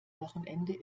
wochenende